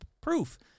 proof